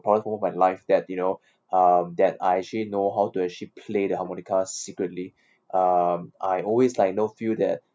proudest moment of my life that you know um that I actually know how to actually play the harmonica secretly um I always like know feel that